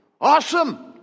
Awesome